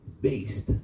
based